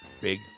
big